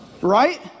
Right